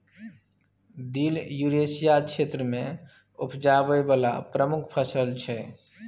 दिल युरेसिया क्षेत्र मे उपजाबै बला प्रमुख फसल छै